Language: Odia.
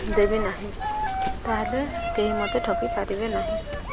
ଦେବି ନାହିଁ ତାହେଲେ କେହି ମୋତେ ଠକି ପାରିବେ ନାହିଁ